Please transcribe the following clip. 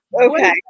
Okay